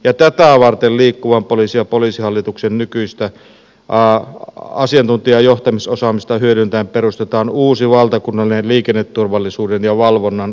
tätä varten liikkuvan poliisin ja poliisihallituksen nykyistä asiantuntija ja johtamisosaamista hyödyntäen perustetaan uusi valtakunnallinen liikenneturvallisuuden ja valvonnan ohjaustoiminto